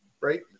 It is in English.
right